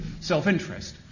self-interest